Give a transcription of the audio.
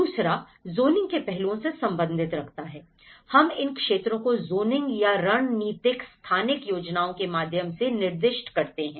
दूसरा ज़ोनिंग के पहलुओं से संबंध रखता है हम इन क्षेत्रों को ज़ोनिंग या रणनीतिक स्थानिक योजनाओं के माध्यम से निर्दिष्ट करते है